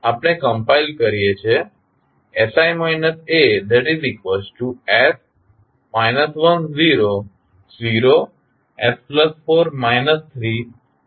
તેથી આપણે કમ્પાઇલ કરીએ છીએ